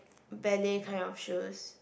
ballet kind of shoes